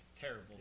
Terrible